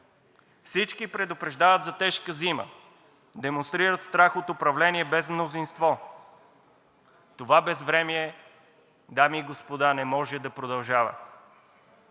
Всички предупреждават за тежка зима, демонстрират страх от управление без мнозинство. Това безвремие, дами и господа, не може да продължава.